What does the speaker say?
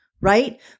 right